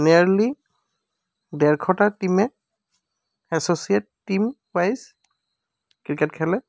নীয়াৰলী ডেৰশটা টীমে associate team wise cricket খেলে